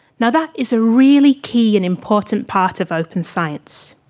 now that is a really key and important part of open science.